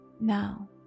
Now